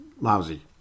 lousy